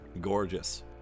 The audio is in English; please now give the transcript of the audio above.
Gorgeous